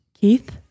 Keith